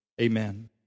Amen